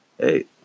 Hey